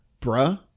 Bruh